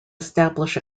establish